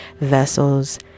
vessels